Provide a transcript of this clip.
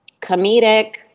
comedic